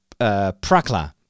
Prakla